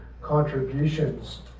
contributions